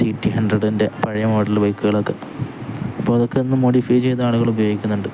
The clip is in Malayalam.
സി ടി ഹൺഡ്രഡിൻ്റെ പഴയ മോഡൽ ബൈക്കുകളൊക്കെ അപ്പം അതൊക്കെ ഒന്ന് മോഡിഫൈ ചെയ്ത് ആളുകൾ ഉപയോഗിക്കുന്നുണ്ട്